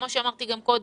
כמו שאמרתי גם קודם,